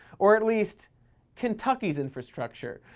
or at least kentucky's infrastructure,